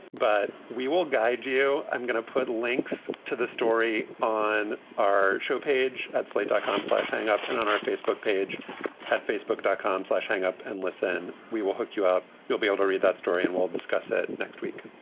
but we will guide you. i'm going to put links to the story on our show page at slate dot com slash hang up and on our facebook page at facebook, dot com slash hang up and listen. we will hook you up. you'll be able to read that story and we'll discuss it next week